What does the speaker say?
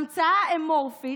המצאה אמורפית,